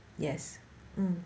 yes mm